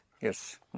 Yes